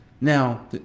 Now